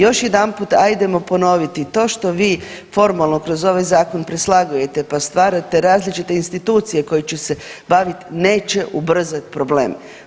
Još jedanput ajdemo ponoviti, to što vi formalno kroz ovaj zakon preslagujete pa stvarate različite institucije koje će se baviti neće ubrzat problem.